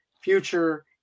Future